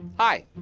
hi,